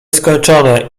skończone